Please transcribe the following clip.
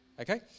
okay